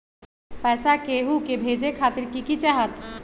पैसा के हु के भेजे खातीर की की चाहत?